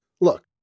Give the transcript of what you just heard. Look